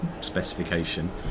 specification